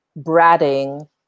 bratting